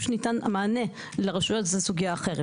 המענה לרשויות זאת סוגיה אחרת.